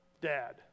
dad